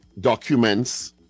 documents